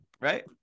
right